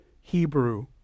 Hebrew